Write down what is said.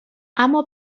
اما